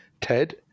Ted